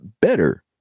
better